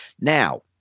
Now